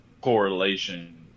correlation